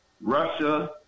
Russia